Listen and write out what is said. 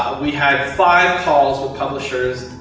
we had five calls with publishers,